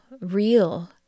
real